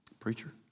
Preacher